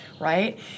right